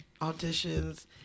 auditions